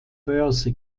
börse